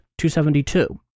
272